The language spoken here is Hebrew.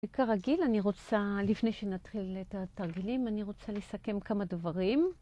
כרגיל אני רוצה, לפני שנתחיל את התרגילים, אני רוצה לסכם כמה דברים.